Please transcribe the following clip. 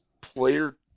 player